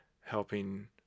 helping